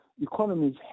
economies